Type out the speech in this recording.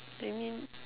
I mean